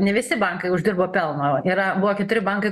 ne visi bankai uždirbo pelno yra buvo keturi bankai